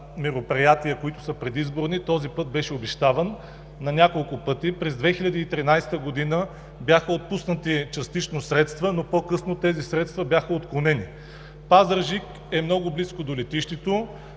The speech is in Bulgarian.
мероприятия този път беше обещаван на няколко пъти. През 2013 г. бяха отпуснати частично средства, но по-късно тези средства бяха отклонени. Пазарджик е много близко до летището,